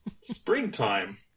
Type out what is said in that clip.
Springtime